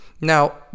Now